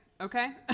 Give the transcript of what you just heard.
okay